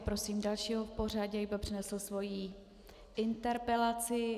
Prosím dalšího v pořadí, aby přednesl svoji interpelaci.